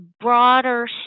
broader